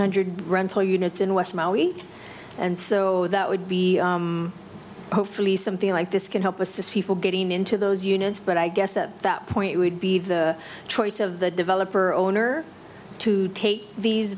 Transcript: hundred rental units in west maui and so that would be hopefully something like this can help assist people getting into those units but i guess at that point would be the choice of the developer owner to take these